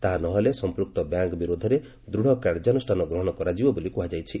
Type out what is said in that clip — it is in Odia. ତାହା ନ ହେଲେ ସମ୍ପୃକ୍ତ ବ୍ୟାଙ୍କ୍ ବିରୋଧରେ ଦୂଢ଼ କାର୍ଯ୍ୟାନୁଷ୍ଠାନ ଗ୍ରହଣ କରାଯିବ ବୋଲି କୁହାଯାଇଛି